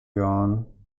yuan